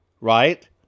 right